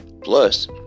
Plus